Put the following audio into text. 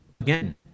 again